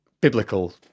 Biblical